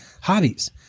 hobbies